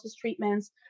treatments